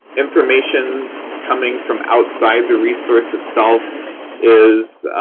information coming from outside the resource itself is